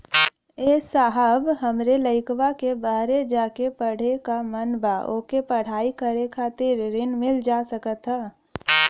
ए साहब हमरे लईकवा के बहरे जाके पढ़े क मन बा ओके पढ़ाई करे खातिर ऋण मिल जा सकत ह?